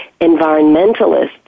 environmentalists